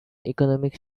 economic